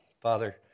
Father